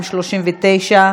239),